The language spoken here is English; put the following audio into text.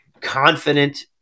confident